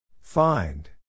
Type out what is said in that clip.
Find